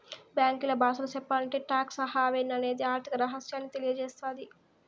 బ్యాంకీల బాసలో సెప్పాలంటే టాక్స్ హావెన్ అనేది ఆర్థిక రహస్యాన్ని తెలియసేత్తది